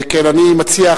אני מציע,